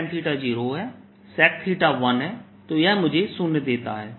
0 पर tan 0 है sec 1 है तो यह मुझे शून्य देता है